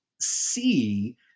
see